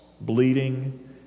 bleeding